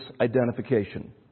identification